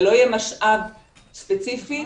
ולא יהיה משאב ספציפי,